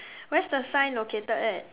where's the sign located at